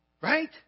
Right